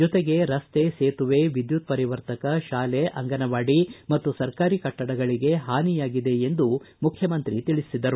ಜೊತೆಗೆ ರಸ್ತೆ ಸೇತುವೆ ವಿದ್ಯುತ್ ಪರಿವರ್ತಕ ಶಾಲೆ ಅಂಗನವಾಡಿ ಮತ್ತು ಸರ್ಕಾರಿ ಕಟ್ಲಡಗಳಿಗೆ ಹಾನಿಯಾಗಿದೆ ಮುಖ್ಯಮಂತ್ರಿ ತಿಳಿಸಿದರು